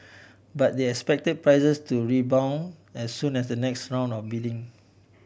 but they expect prices to rebound as soon as the next round of bidding